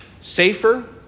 safer